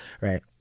right